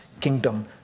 kingdom